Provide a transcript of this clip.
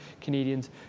Canadians